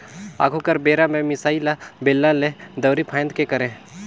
आघु कर बेरा में मिसाई ल बेलना ले, दंउरी फांएद के करे